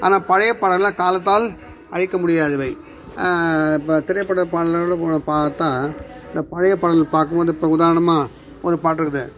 ஆனால் பழைய பாடல்களெலாம் காலத்தால் அழிக்க முடியாதவை இப்போ திரைப்பட பாடல்களில் இப்போ பார்த்தா இந்த பழைய பாடல் பார்க்கும்போது இப்போ உதாரணமாக ஒரு பாட்டு இருக்குது